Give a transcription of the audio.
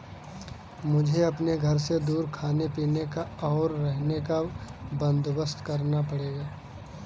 मुझे अपने घर से दूर खाने पीने का, और रहने का बंदोबस्त करना पड़ेगा